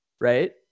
right